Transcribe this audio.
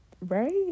right